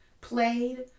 Played